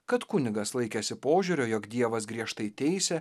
kad kunigas laikėsi požiūrio jog dievas griežtai teisia